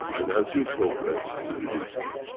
and as you progress, we release it.